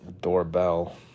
Doorbell